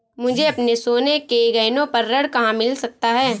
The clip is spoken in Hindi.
मुझे अपने सोने के गहनों पर ऋण कहाँ मिल सकता है?